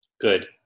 Good